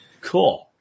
Cool